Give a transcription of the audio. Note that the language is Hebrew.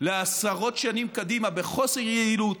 לעשרות שנים קדימה בחוסר יעילות,